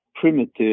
primitive